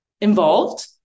involved